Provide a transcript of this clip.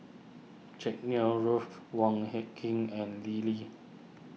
Jack Neo Ruth Wong Hie King and Lim Lee